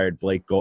Blake